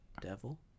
devil